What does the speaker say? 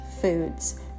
foods